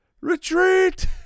Retreat